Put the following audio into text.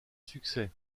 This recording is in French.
succès